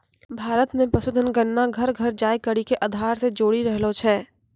भारत मे पशुधन गणना घर घर जाय करि के आधार से जोरी रहलो छै